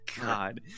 God